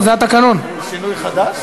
הצעת חוק שירותי הדת היהודיים (תיקון,